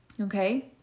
Okay